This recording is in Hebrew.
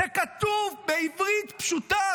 זה כתוב בעברית פשוטה,